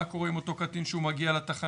מה קורה עם אותו קטין כשהוא מגיע לתחנה,